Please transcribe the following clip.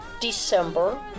December